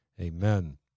amen